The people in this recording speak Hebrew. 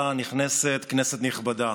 הנכנסת, כנסת נכבדה,